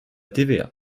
tva